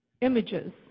images